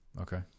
Okay